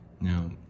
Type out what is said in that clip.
Now